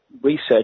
research